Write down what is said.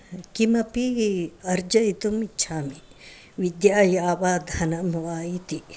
किमपि अर्जयितुम् इच्छामि विद्या वा धनं वा इति